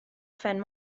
phen